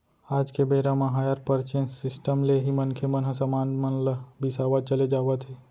आज के बेरा म हायर परचेंस सिस्टम ले ही मनखे मन ह समान मन ल बिसावत चले जावत हे